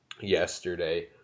yesterday